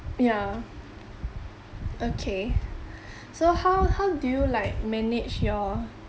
ya okay so how how do you like manage your